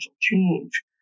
change